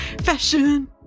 fashion